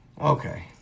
Okay